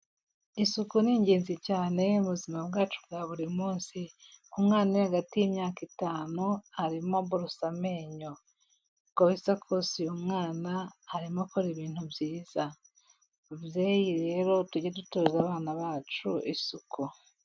Isuku ni ingenzi cyane, mu buzima bwacu bwa buri munsi. ku mwana uri hagati y'imyaka itanu, arimo aborosa amenyo. Uko bisa kose uyu mwana, arimo akora ibintu byiza. Babyeyi rero tujye dutoza abana bacu isuku.